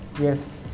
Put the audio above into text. yes